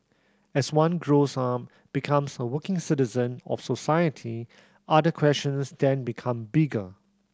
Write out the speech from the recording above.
as one grows up becomes a working citizen of society other questions then become bigger